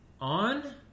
on